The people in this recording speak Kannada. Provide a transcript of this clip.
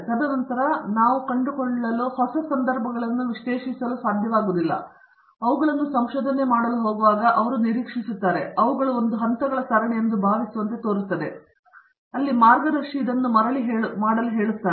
ತದನಂತರ ನಾವು ಕಂಡುಕೊಳ್ಳಲು ಹೊಸ ಸಂದರ್ಭಗಳನ್ನು ವಿಶ್ಲೇಷಿಸಲು ಸಾಧ್ಯವಾಗುವುದಿಲ್ಲ ಅಥವಾ ನಾವು ಅವುಗಳನ್ನು ಸಂಶೋಧನೆ ಮಾಡಲು ಹೋಗುವಾಗ ಅವರು ನಿರೀಕ್ಷಿಸುತ್ತಾರೆ ಅಥವಾ ಅವುಗಳು ಒಂದು ಹಂತಗಳ ಸರಣಿ ಎಂದು ಭಾವಿಸುವಂತೆ ತೋರುತ್ತದೆ ಅಲ್ಲಿ ಮಾರ್ಗದರ್ಶಿ ಇದನ್ನು ಮರಳಿ ಮಾಡಲು ಹೇಳುತ್ತಾರೆ